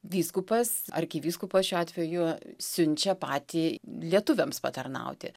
vyskupas arkivyskupas šiuo atveju siunčia patį lietuviams patarnauti